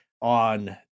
on